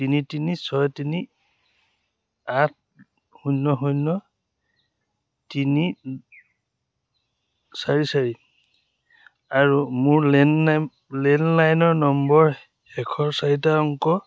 তিনি তিনি ছয় তিনি আঠ শূন্য শূন্য তিনি চাৰি চাৰি আৰু মোৰ লেণ্ডনা লেণ্ডলাইন নম্বৰৰ শেষৰ চাৰিটা অংক